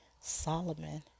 Solomon